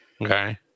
Okay